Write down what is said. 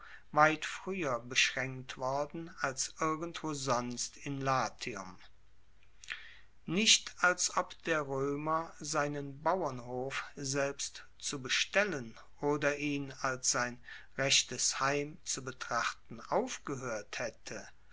weit frueher beschraenkt worden als irgendwo sonst in latium nicht als ob der roemer seinen bauernhof selbst zu bestellen oder ihn als sein rechtes heim zu betrachten aufgehoert haette